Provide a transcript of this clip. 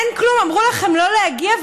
אמרו לכם לא להגיע,